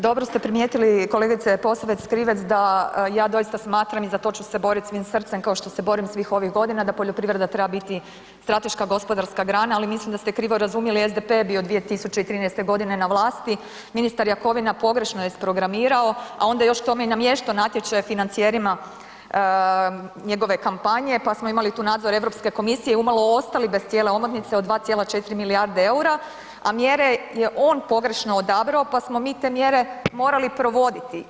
Dobro ste primijetili kolegice Posavec Krivec da ja doista smatram i za to ću se boriti svim srcem kao što se borim svih ovih godina da poljoprivreda treba biti strateška gospodarska grana, ali mislim da ste krivo razumjeli SDP je bio 2013. godine na vlasti, ministar Jakovina pogrešno je isprogramirao, a onda još tome i namještao natječaje financijerima njegove kampanje pa smo imali tu nadzor Europske komisije i umalo ostali bez cijele omotnice od 2,4 milijarde eura, a mjere je on pogrešno odabrao pa smo mi te mjere morali provoditi.